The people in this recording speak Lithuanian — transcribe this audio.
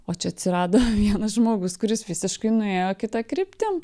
o čia atsirado vienas žmogus kuris visiškai nuėjo kita kryptim